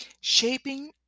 shaping